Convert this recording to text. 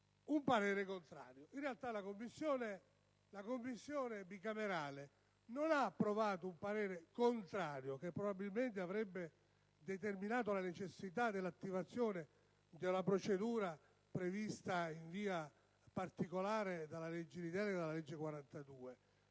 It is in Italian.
un parere contrario. In realtà, la Commissione bicamerale non ha approvato un parere contrario, che probabilmente avrebbe determinato la necessità dell'attivazione della procedura prevista in via particolare dalla legge delega, la legge n.